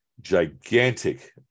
Gigantic